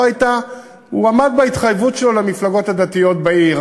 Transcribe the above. הוא עמד בהתחייבות שלו למפלגות הדתיות בעיר